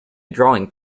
drawing